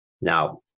Now